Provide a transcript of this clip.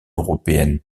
européenne